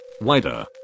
Wider